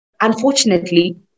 unfortunately